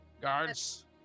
guards